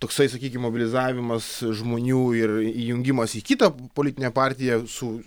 toksai sakykim mobilizavimas žmonių ir įjungimas į kitą politinę partiją su